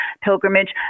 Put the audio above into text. pilgrimage